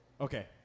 Okay